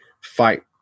fight